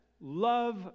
love